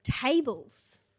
Tables